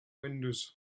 windows